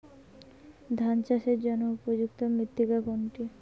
ধান চাষের জন্য উপযুক্ত মৃত্তিকা কোনটি?